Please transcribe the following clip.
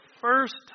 first